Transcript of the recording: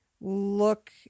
look